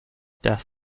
death